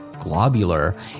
globular